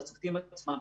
לצוותים עצמם.